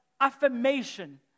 affirmation